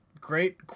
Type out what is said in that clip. great